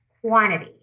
quantity